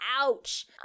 Ouch